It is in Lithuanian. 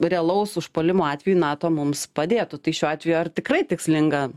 realaus užpuolimo atveju nato mums padėtų tai šiuo atveju ar tikrai tikslinga